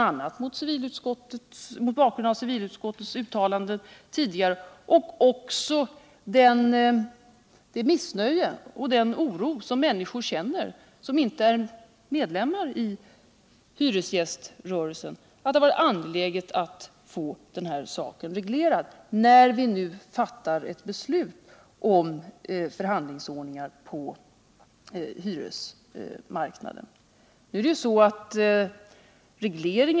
a. mot bakgrund av civilutskottets uttalande tidigare och även med tanke på det missnöje och den oro som de människor känner som inte är medlemmar av hyresgäströrelsen har jag funnit det angeläget att få denna sak reglerad, när vi nu skall fatta ett beslut om förhandlingsordning på hyresmarknaden.